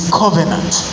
covenant